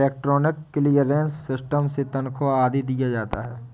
electronic clearance system से तनख्वा आदि दिया जाता है